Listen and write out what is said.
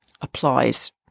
applies